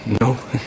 No